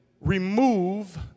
remove